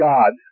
God